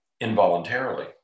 involuntarily